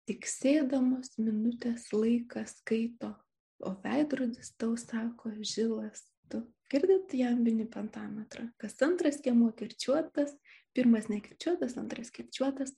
tiksėdamos minutės laiką skaito o veidrodis tau sako žilas tu girdit jambinį pentametrą kas antras skiemuo kirčiuotas pirmas nekirčiuotas antras kirčiuotas